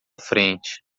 frente